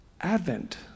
Advent